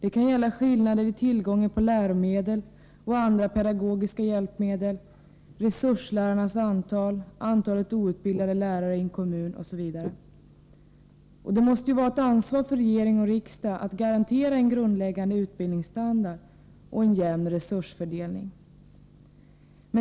Det kan gälla skillnader i tillgången på läromedel och andra pedagogiska hjälpmedel, resurslärarnas antal, antalet outbildade lärare i en kommun osv. Det måste vara ett ansvar för regering och riksdag att garantera en grundläggande utbildningsstandard och en jämn resursfördelning.